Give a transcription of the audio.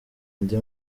ndi